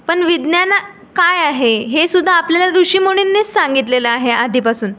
पण विज्ञान काय आहे हेसुद्धा आपल्याला ऋषिमुनींनीच सांगितलेलं आहे आधीपासून